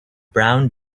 brown